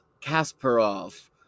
Kasparov